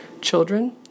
Children